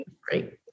Great